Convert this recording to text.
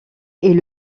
est